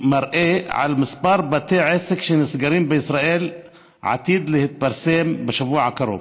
שמראה את מספר בתי העסק שנסגרים בישראל עתיד להתפרסם בשבוע הקרוב.